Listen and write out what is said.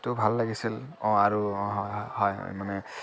ত' ভাল লাগিছিল অঁ আৰু মানে